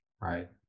right